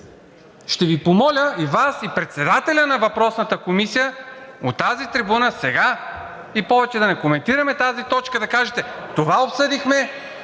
Ще помоля и Вас, и председателя на въпросната Комисия от тази трибуна – и повече да не коментираме тази точка, да кажете: това обсъдихме,